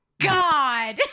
God